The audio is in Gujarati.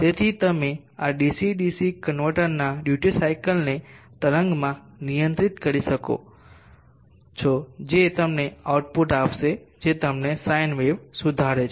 તેથી તમે આ ડીસી ડીસી કન્વર્ટરના ડ્યુટી સાયકલને તરંગમાં નિયંત્રિત કરી શકો છો જે તમને આઉટપુટ આપશે જે તમને સાઈન વેવ સુધારે છે